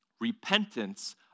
Repentance